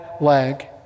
leg